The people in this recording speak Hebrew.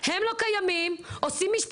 אני לא רוצה להיכנס לפוליטיקה,